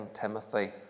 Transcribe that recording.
Timothy